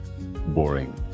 boring